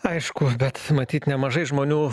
aišku bet matyt nemažai žmonių